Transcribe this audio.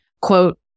quote